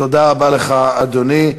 תודה רבה לך, אדוני.